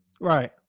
Right